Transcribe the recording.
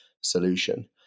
solution